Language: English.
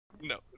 no